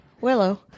willow